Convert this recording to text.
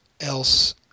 else